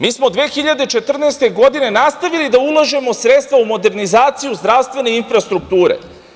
Mi smo 2014. godine nastavili da ulažemo sredstva u modernizaciju zdravstvene infrastrukture.